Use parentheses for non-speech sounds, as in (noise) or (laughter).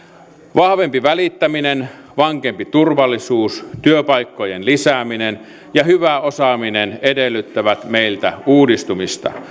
vahvempi välittäminen vankempi turvallisuus työpaikkojen lisääminen ja hyvä osaaminen edellyttävät meiltä uudistumista (unintelligible)